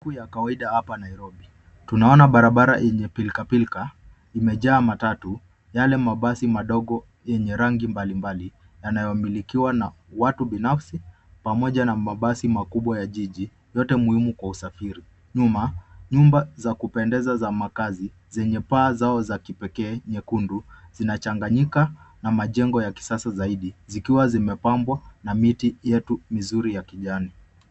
Siku ya kawaida hapa Nairobi. Tunaona barabara yenye pilika pilika imejaa matatu, yale mabasi madogo yenye rangi mbalimbali yanayomilikiwa na watu binafsi pamoja na mabasi makubwa ya jiji yote muhimu kwa usafiri. Nyuma, nyumba za kupendeza za makazi zenye paa zao za kipekee, nyekundu zinachanganyika na majengo ya kisasa zaidi, zikiwa zimepambwa na miti yetu nzuri ya kijani.